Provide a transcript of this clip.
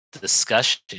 discussion